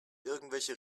irgendwelche